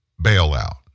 bailout